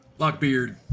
Lockbeard